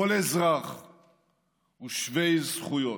כל אזרח הוא שווה זכויות.